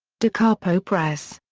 de capo press.